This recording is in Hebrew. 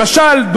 למשל,